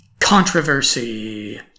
Controversy